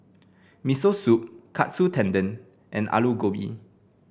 Miso Soup Katsu Tendon and Alu Gobi